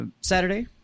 saturday